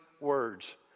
words